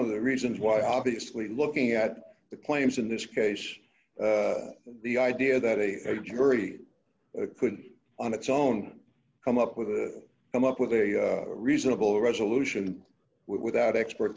of the reasons why obviously looking at the claims in this case the idea that a jury could on its own come up with come up with a reasonable resolution without expert